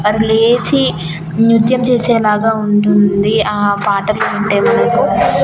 లేచి నృత్యం చేసేలాగా ఉంటుంది ఆ పాటలు వింటేకనుక